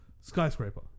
skyscraper